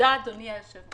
אדוני היושב ראש.